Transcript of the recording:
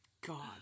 God